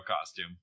costume